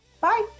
Bye